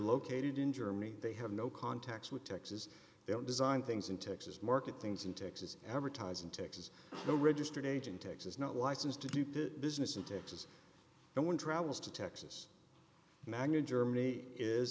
located in germany they have no contacts with texas they don't design things in texas market things in texas advertise in texas the registered age in texas not licensed to do the business in texas and one travels to texas magna germany is